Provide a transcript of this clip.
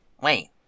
Wait